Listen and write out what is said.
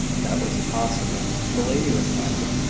that was impossible, the lady replied.